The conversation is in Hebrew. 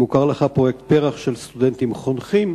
אם מוכר לך פרויקט פר"ח של סטודנטים חונכים,